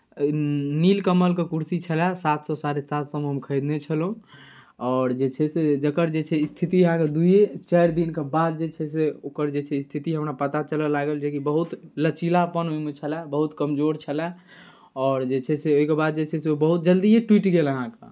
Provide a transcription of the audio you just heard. नीलकमलके कुर्सी छलय सात सए साढ़े सात सएमे हम खरीदने छलहुँ आओर जे छै से जकर जे छै स्थिति अहाँकेँ दुइए चारि दिनके बाद जे छै से ओकर जे छै स्थिति हमरा पता चलय लागल जेकि बहुत लचीलापन ओहिमे छलय बहुत कमजोर छलय आओर जे छै से ओहिके बाद जे छै से ओ बहुत जल्दिए टूटि गेल हेँ